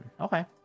Okay